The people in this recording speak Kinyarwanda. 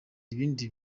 ibindi